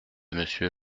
monsieur